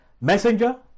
messenger